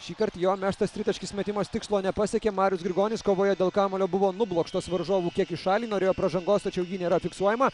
šįkart jo mestas tritaškis metimas tikslo nepasiekė marius grigonis kovoje dėl kamuolio buvo nublokštas varžovų kiek į šalį norėjo pražangos tačiau ji nėra fiksuojama